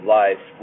life